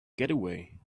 getaway